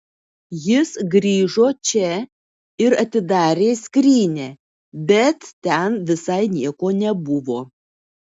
jis grįžo čia ir atidarė skrynią bet ten visai nieko nebuvo